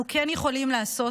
אנחנו כן יכולים לעשות,